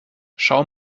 schau